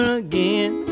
again